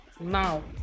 Now